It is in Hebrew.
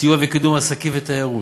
סיוע וקידום עסקים ותיירות: